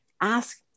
ask